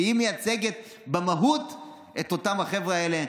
והיא מייצגת במהות את החבר'ה האלה.